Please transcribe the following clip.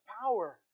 power